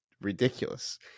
ridiculous